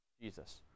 Jesus